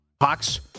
Hawks